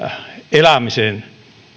elämisen